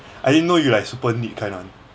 I didn't know you like super neat kind [one]